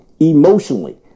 emotionally